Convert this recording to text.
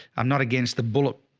i'm not against the bullet,